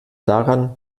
daran